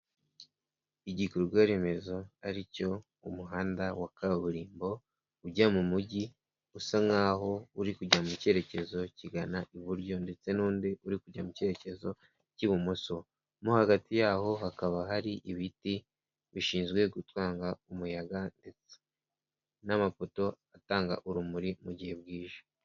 Igikorwa remezo ari cyo umuhanda wa kaburimbo ujya mu mujyi usa nk'aho uri kujya mu cyerekezo kigana iburyo ndetse n'undi uri kujya mu cyerekezo cy'ibumoso, mo hagati yaho hakaba hari ibiti bishinzwe gutanga umuyaga n'amapoto atanga urumuri mu gihe bwije.